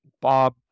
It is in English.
bob